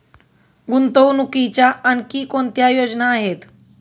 गुंतवणुकीच्या आणखी कोणत्या योजना आहेत?